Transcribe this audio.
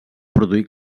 produir